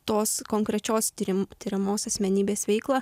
tos konkrečios tyrimų tiriamos asmenybės veiklą